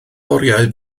oriau